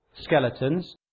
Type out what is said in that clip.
skeletons